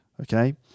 okay